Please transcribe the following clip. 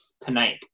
tonight